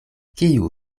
kiu